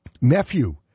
nephew